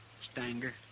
Stanger